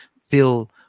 feel